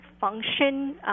function